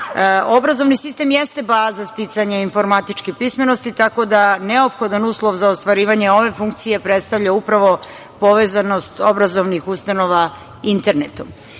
Obrazovni sistem jeste baza sticanja informatičke pismenosti, tako da neophodan uslov za ostvarivanje ove funkcije predstavlja upravo povezanost obrazovnih ustanova internetom. Svi